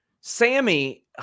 sammy